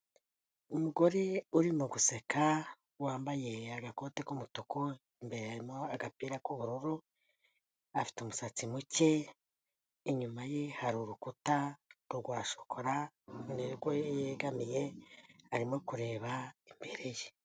Umugore urimo guseka wambaye agakote k'umutuku, imbere harimo agapira k'ubururu, afite umusatsi muke, inyuma ye hari urukuta rwa shokora, ni rwo yegamiye arimo kureba imbere ye.